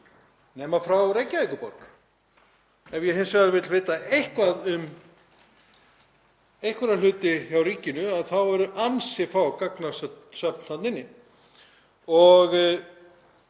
nema frá Reykjavíkurborg. Ef ég vil hins vegar vita eitthvað um einhverja hluti hjá ríkinu þá eru ansi fá gagnasöfn þarna inni. Ég